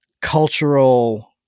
cultural